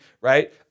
right